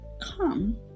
come